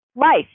life